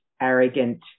arrogant